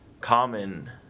common